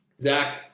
Zach